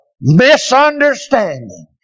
misunderstanding